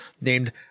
named